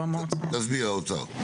תסביר, האוצר.